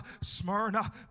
Smyrna